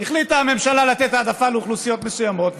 החליטה הממשלה לתת העדפה לאוכלוסיות מסוימות,